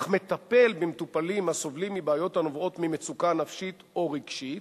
אך מטפל במטופלים הסובלים מבעיות הנובעות ממצוקה נפשית או רגשית,